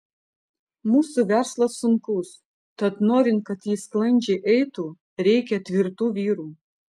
mūsų verslas sunkus tad norint kad jis sklandžiai eitų reikia tvirtų vyrų